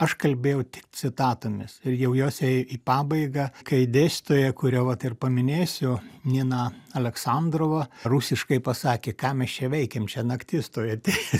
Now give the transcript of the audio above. aš kalbėjau tik citatomis ir jau jos ėjo į pabaigą kai dėstytoja kurią vat ir paminėsiu nina aleksandrova rusiškai pasakė ką mes čia veikiam čia naktis tuoj ateis